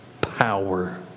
power